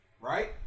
right